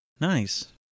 Nice